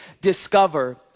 discover